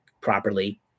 properly